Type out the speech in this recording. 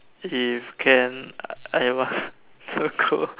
if can I want to go